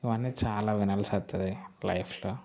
ఇవన్నీ చాలా వినాల్సి వస్తుంది లైఫ్లో